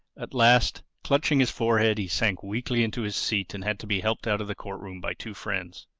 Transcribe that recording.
at last, clutching his forehead, he sank weakly into his seat and had to be helped out of the court-room by two friends.